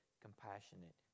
compassionate